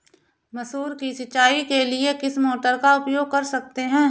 मसूर की सिंचाई के लिए किस मोटर का उपयोग कर सकते हैं?